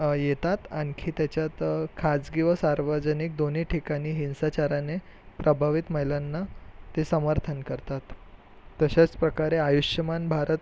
येतात आणखी त्याच्यात खाजगी व सार्वजनिक दोन्ही ठिकाणी हिंसाचाराने प्रभावित महिलांना ते समर्थन करतात तशाच प्रकारे आयुष्यमान भारत